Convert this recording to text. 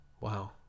Wow